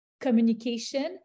communication